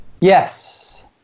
Yes